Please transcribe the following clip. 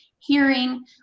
hearing